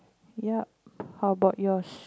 yep how bout yours